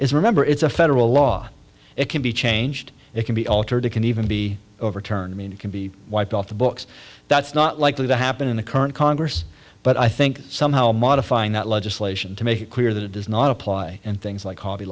is remember it's a federal law it can be changed it can be altered it can even be overturned i mean it can be wiped off the books that's not likely to happen in the current congress but i think somehow modifying that legislation to make it clear that it does not apply and things like hobby